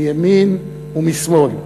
מימין או משמאל,